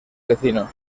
vecinos